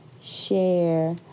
share